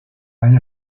año